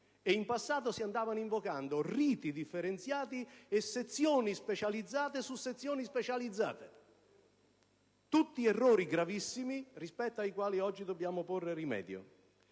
in passato si andavano invocando riti differenziati e sezioni specializzate su sezioni specializzate. Sono tutti errori gravissimi, ai quali oggi dobbiamo porre rimedio.